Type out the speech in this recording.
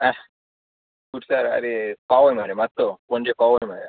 एह खुरसार आरे पावोय मरे मातसो पणजे पावोय मरे